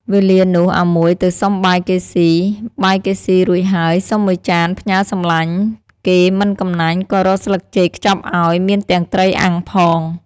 វេលានោះអាមួយទៅសុំបាយគេស៊ីៗរួចហើយសុំំមួយចានផ្ញើរសំឡាញ់គេមិនកំណាញ់ក៏រកស្លឹកចេកខ្ចប់ឱ្យមានទាំងត្រីអាំងផង។